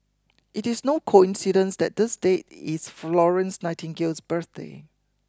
it is no coincidence that this date is Florence Nightingale's birthday